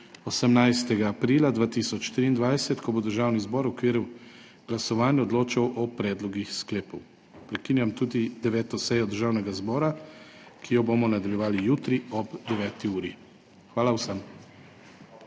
18. aprila 2023, ko bo Državni zbor v okviru glasovanj odločal o predlogih sklepov. Prekinjam tudi 9. sejo Državnega zbora, ki jo bomo nadaljevali jutri ob 9. uri. Hvala vsem!